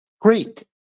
Great